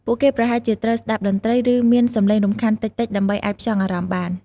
ពួកគេប្រហែលជាត្រូវស្ដាប់តន្ត្រី ឬមានសម្លេងរំខានតិចៗដើម្បីអាចផ្ចង់អារម្មណ៍បាន។